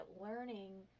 learning